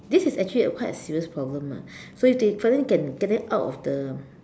this is actually quite a serious problem ah so if they finally can get them out of the